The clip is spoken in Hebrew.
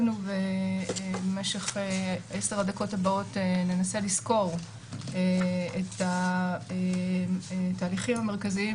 ובמשך עשר הדקות הבאות ננסה לסקור את התהליכים המרכזיים